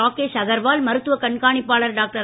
ராகேஷ் அகர்வால் மருத்துவ கண்காணிப்பாளர் டாக்டர்